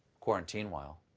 quarantine-while,